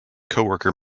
coworker